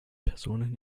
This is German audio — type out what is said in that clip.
personen